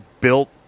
built